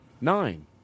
Nine